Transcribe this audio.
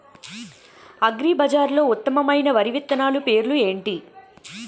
అగ్రిబజార్లో ఉత్తమమైన వరి విత్తనాలు పేర్లు ఏంటి?